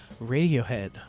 radiohead